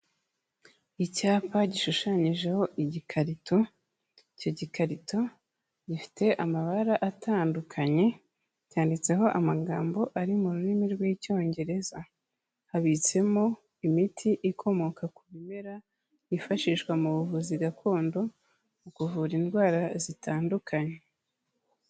Icyapa gishushanyijeho igikarito, iki gikarito gifite amabara atandukanye cyanditseho amagambo ari mu rurimi rw'Icyongereza, habitsemo imiti ikomoka ku bimera yifashishwa mu buvuzi gakondo mu kuvura indwara zitandukanye.